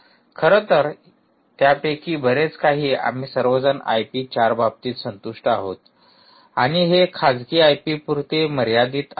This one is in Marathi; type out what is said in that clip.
खरं तर त्यापैकी बरेच काही आम्ही सर्वजण आयपी 4 बाबतीत संतुष्ट आहोत आणि हे खाजगी आयपी पुरते मर्यादित आहे